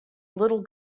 little